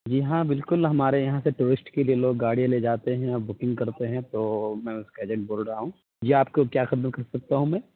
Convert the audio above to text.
جی ہاں بالکل ہمارے یہاں سے ٹورسٹ کے لیے لوگ گاڑی لے جاتے ہیں اور بکنگ کرتے ہیں تو میں اُس کا ایجنٹ بول رہا ہوں جی آپ کو کیا خدمت کر سکتا ہوں میں